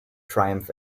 triumph